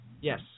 Yes